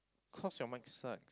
cause your mike suck